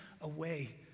away